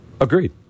Agreed